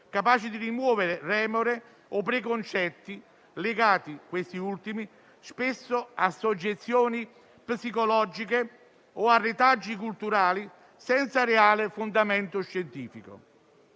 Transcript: capaci di rimuovere remore o preconcetti legati - questi ultimi - spesso a soggezioni psicologiche o a retaggi culturali senza reale fondamento scientifico.